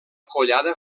collada